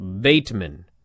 Bateman